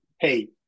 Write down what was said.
hey